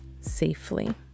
safely